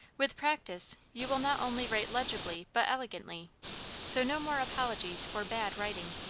with practice you will not only write legibly but elegantly so no more apologies for bad writing.